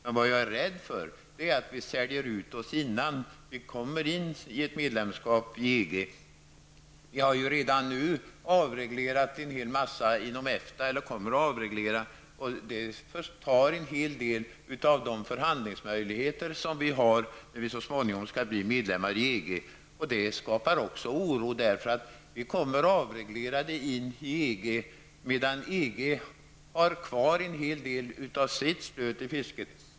Jag är däremot rädd för att vi säljer ut oss innan vi når fram till ett medlemskap i EG. Vi kommer ju att avreglera på väldigt många områden inom ramen för EFTA, och detta förtar en hel del av de förhandlingsmöjligheter vi har när vi så småningom skall bli medlemmar i EG. Det skapar också oro på grund av att vi har avreglerat när vi går in i EG, medan man i EG-länderna har kvar en hel del av sitt stöd till fisket.